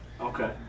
Okay